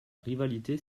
rivalité